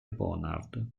bonard